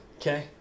Okay